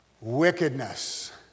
wickedness